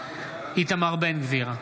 איתמר בן גביר,